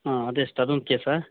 ಹಾಂ ಅದೆಷ್ಟು ಅದೊಂದು ಕೇಸಾ